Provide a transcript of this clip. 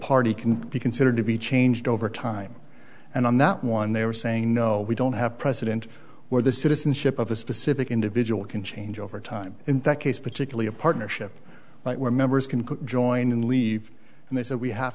party can be considered to be changed over time and on that one they are saying no we don't have president where the citizenship of a specific individual can change over time in that case particularly a partnership where members can join and leave and they said we have